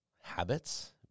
habits